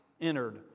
entered